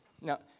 Now